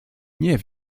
nie